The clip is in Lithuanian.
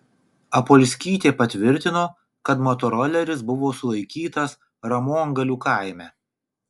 apolskytė patvirtino kad motoroleris buvo sulaikytas ramongalių kaime